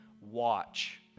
watch